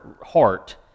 heart